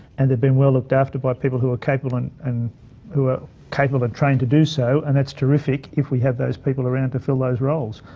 and they've been well looked after by people who are and and who are capable and trained to do so, and that's terrific if we have those people around to fill those roles.